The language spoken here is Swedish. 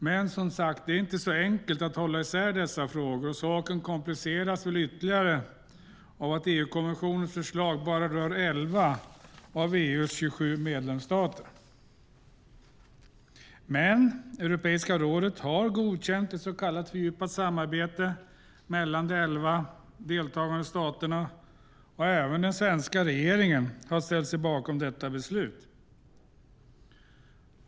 Men, som sagt, det är inte så enkelt att hålla isär dessa frågor, och saken kompliceras ytterligare av att EU-kommissionens förslag bara rör elva av EU:s 27 medlemsstater. Men Europeiska rådet har godkänt ett så kallat fördjupat samarbete mellan de elva deltagande staterna, och även den svenska regeringen har ställt sig bakom detta beslut.